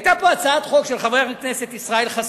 הצעת חוק של חבר הכנסת ישראל חסון,